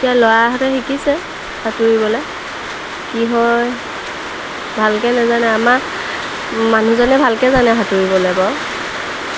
এতিয়া ল'ৰাাহঁতে শিকিছে সাঁতুৰিবলৈ কি হয় ভালকৈ নেজানে আমাক মানুহজনে ভালকৈ জানে সাঁতুৰিবলৈ বাৰু